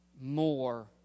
more